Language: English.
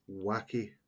wacky